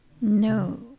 No